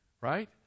right